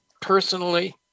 personally